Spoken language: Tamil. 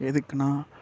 எதுக்குனா